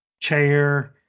chair